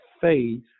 faith